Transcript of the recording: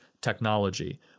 technology